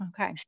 okay